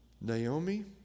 Naomi